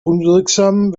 wirksam